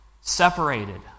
separated